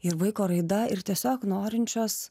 ir vaiko raida ir tiesiog norinčios